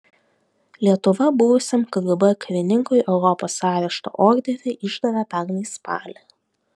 lietuva buvusiam kgb karininkui europos arešto orderį išdavė pernai spalį